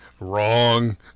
Wrong